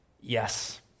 Yes